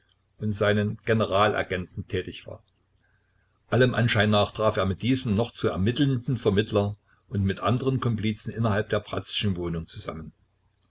und seinen generalagenten tätig war allem anschein nach traf er mit diesem noch zu ermittelnden vermittler und mit anderen komplizen innerhalb der bratzschen wohnung zusammen